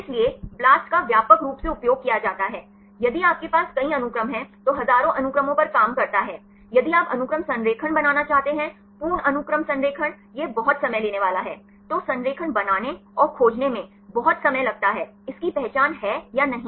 इसलिए BLAST का व्यापक रूप से उपयोग किया जाता है यदि आपके पास कई अनुक्रम हैं तो हजारों अनुक्रमों पर काम करता है यदि आप अनुक्रम संरेखण बनाना चाहते हैं पूर्ण अनुक्रम संरेखण यह बहुत समय लेने वाला है तो संरेखण बनाने और खोजने में बहुत समय लगता है इसकी पहचान है या नहीं